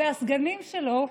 והסגנים שלו: